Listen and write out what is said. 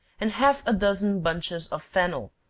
and half a dozen bunches of fennel,